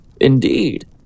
Indeed